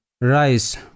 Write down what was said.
rice